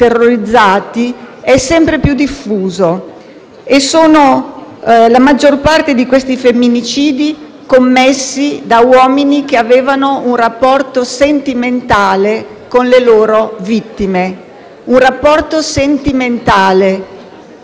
La maggior parte di questi femminicidi sono commessi da uomini che avevano un rapporto sentimentale con le loro vittime. Un rapporto sentimentale: ma di quali sentimenti stiamo parlando?